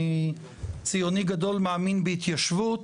אני ציוני גדול, מאמין בהתיישבות.